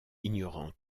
ignorant